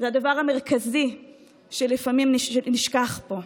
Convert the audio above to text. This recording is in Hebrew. זה הדבר המרכזי שלפעמים נשכח פה.